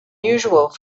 usual